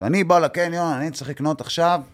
אני בא לקניון, אני צריך לקנות עכשיו.